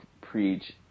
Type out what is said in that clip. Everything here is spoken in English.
preach